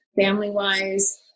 family-wise